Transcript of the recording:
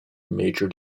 major